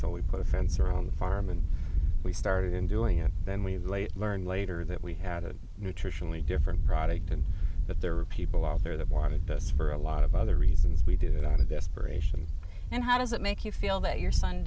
so we put a fence around the farm and we started in doing it then we later learned later that we had a nutritionally different product and that there were people out there that wanted this for a lot of other reasons we did it out of desperation and how does that make you feel that your son